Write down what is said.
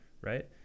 right